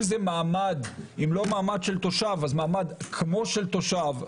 מעמד כמו של תושב,